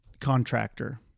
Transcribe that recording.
contractor